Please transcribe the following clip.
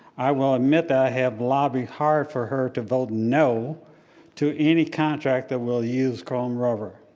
i will admit that have lobbied hard for her to vote no to any contract that will use chrome rubber.